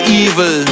evil